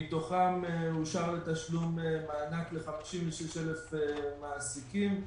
מתוכם אושר לתשלום מענק ל-56,000 מעסיקים.